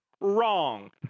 Wrong